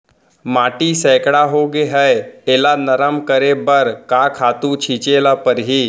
माटी सैकड़ा होगे है एला नरम करे बर का खातू छिंचे ल परहि?